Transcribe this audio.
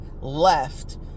left